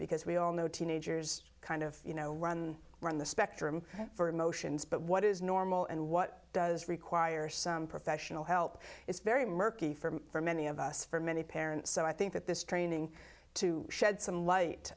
because we all know teenagers kind of you know run run the spectrum for emotions but what is normal and what does require some professional help it's very murky for many of us for many parents so i think that this training to shed some light